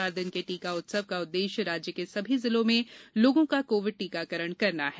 चार दिन के टीका उत्सव का उद्देश्य राज्य के सभी जिलों में लोगों का कोविड टीकाकरण करना है